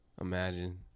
Imagine